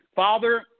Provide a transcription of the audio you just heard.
Father